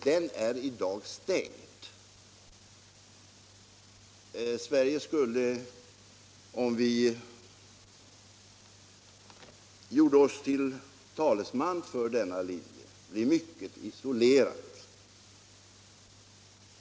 Den är i dag stängd. Sverige skulle, om vi gjorde oss till talesman för denna linje, bli mycket isolerat.